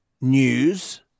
news